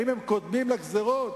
האם הם קודמים לגזירות?